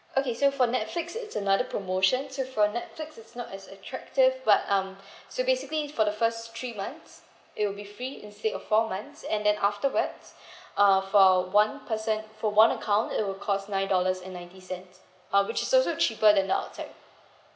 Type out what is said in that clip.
okay so for netflix it's another promotion so for netflix it's not as attractive but um so basically for the first three months it will be free instead of four months and then afterwards uh for one percent for one account it will cost nine dollars and ninety cents uh which is also cheaper than the outside